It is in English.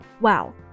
Wow